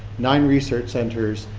nine research centers,